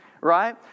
right